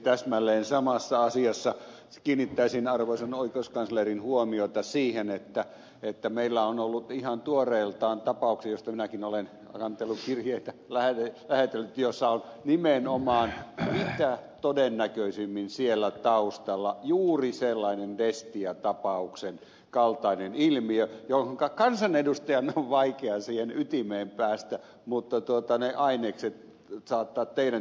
täsmälleen samassa asiassa kiinnittäisin arvoisan oikeuskanslerin huomiota siihen että meillä on ollut ihan tuoreeltaan tapauksia joista minäkin olen kantelukirjeitä lähetellyt ja joissa on nimenomaan mitä todennäköisimmin siellä taustalla juuri sellainen destia tapauksen kaltainen ilmiö jonka ytimeen kansanedustajana on vaikea päästä mutta ne ainekset voi saattaa teidän tietoonne